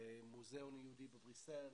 במוזיאון היהודי בבריסל,